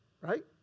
right